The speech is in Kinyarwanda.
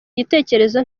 igitekerezo